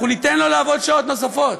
אנחנו ניתן לו לעבוד שעות נוספות.